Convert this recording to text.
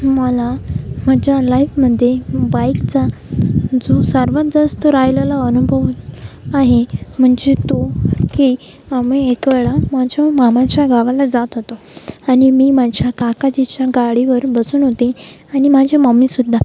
मला माझ्या लाईपमध्ये बाइकचा जो सर्वात जास्त राहिलेला अनुभव आहे म्हणजे तो की आम्ही एक वेळा माझ्या मामाच्या गावाला जात होतो आणि मी माझ्या काकाजीच्या गाडीवर बसून होते आणि माझी मम्मीसुद्धा